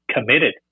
committed